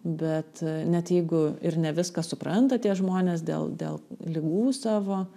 bet net jeigu ir ne viską supranta tie žmonės dėl dėl ligų savo